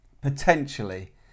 Potentially